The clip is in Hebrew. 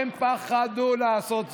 הם פחדו לעשות זאת.